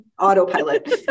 autopilot